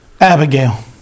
Abigail